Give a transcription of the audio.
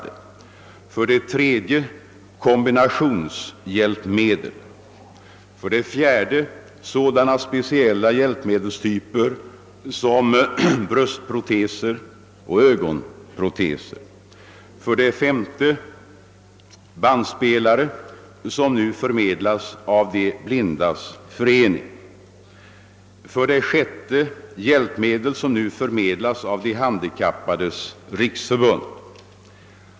Det gäller för det tredje kombinationshjälpmedel, för det fjärde sådana speciella hjälpmedelstyper som bröstproteser och ögonproteser, för det femte bandspelare som nu förmedlas av De blindas förening och för det sjätte hjälpmedel som nu förmedlas av De handikappades riksförbund.